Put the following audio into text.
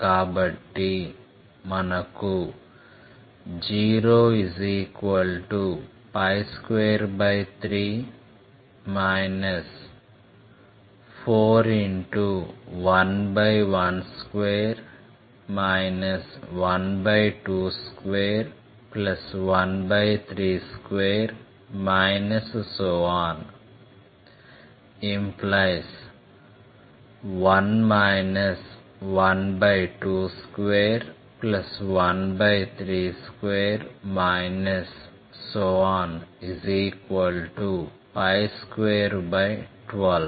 కాబట్టి మనకు 023 4112 122132 ⇒1 122132 212